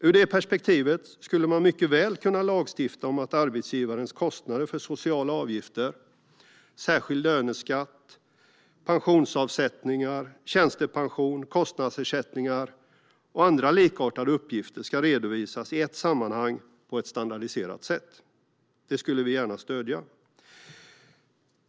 Ur det perspektivet skulle man mycket väl kunna lagstifta om att arbetsgivarens kostnader för sociala avgifter, särskild löneskatt, pensionsavsättningar, tjänstepension, kostnadsersättningar och andra likartade uppgifter ska redovisas i ett sammanhang på ett standardiserat sätt. Det skulle vi gärna stödja.